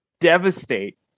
devastate